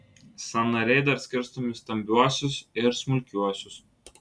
sąnariai dar skirstomi į stambiuosius ir smulkiuosius